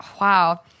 Wow